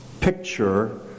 picture